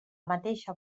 mateixa